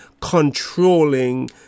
controlling